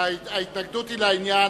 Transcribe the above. ההתנגדות היא לעניין.